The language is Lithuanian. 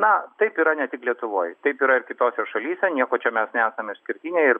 na taip yra ne tik lietuvoj taip yra ir kitose šalyse niekuo čia mes nesam išskirtiniai ir